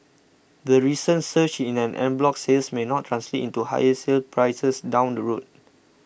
the recent surge in an en bloc sales may not translate into higher sale prices down the road